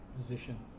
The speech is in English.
position